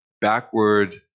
backward